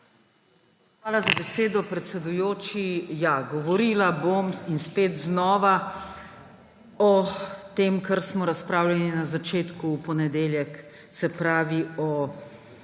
Hvala za besedo, predsedujoči. Ja, govorila bom in spet znova o tem, o čemer smo razpravljali na začetku v ponedeljek, se pravi, o